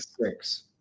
six